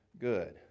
good